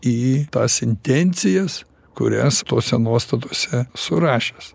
į tas intencijas kurias tose nuostatose surašęs